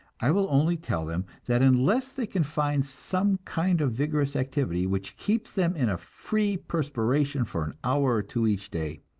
i will only tell them that unless they can find some kind of vigorous activity which keeps them in a free perspiration for an hour or two each day,